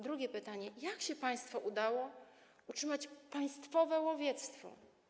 Drugie pytanie: jak się państwu udało utrzymać państwowe łowiectwo?